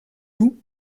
vous